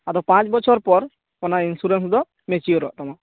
ᱟᱫᱚ ᱯᱟᱸᱪ ᱵᱚᱪᱷᱚᱨ ᱯᱚᱨ ᱚᱱᱟ ᱤᱱᱥᱩᱨᱮᱱᱥ ᱫᱚ ᱢᱮᱪᱩᱭᱚᱨᱚᱜ ᱛᱟᱢᱟ